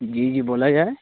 جی جی بولا جائے